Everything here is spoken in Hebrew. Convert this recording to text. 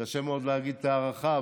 קשה מאוד להגיד את ההערכה,